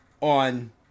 on